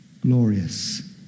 glorious